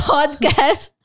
Podcast